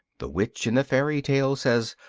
the witch in the fairy tale says,